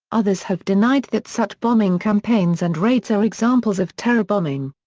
others have denied that such bombing campaigns and raids are examples of terror bombing.